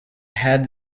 had